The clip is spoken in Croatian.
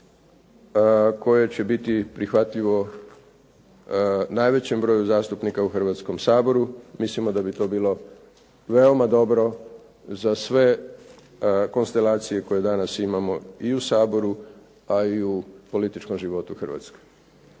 koje će biti prihvatljivo najvećem broju zastupnika u Hrvatskom saboru. Mislimo da bi to bilo veoma dobro za sve konstelacije koje danas imamo i u Saboru, a i u političkom životu Hrvatske.